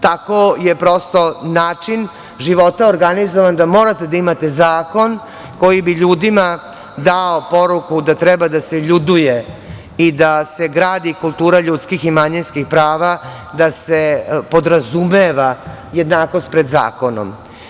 Tako je, prosto, način života organizovan da morate da imate zakon koji bi ljudima dao poruku da treba da se ljuduje i da se gradi kultura ljudskih i manjinskih prava, da se podrazumeva jednakost pred zakonom.